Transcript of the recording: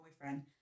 boyfriend